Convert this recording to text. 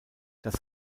das